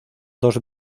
dos